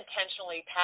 intentionally